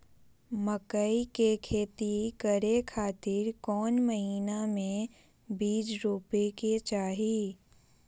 मकई के खेती करें खातिर कौन महीना में बीज रोपे के चाही?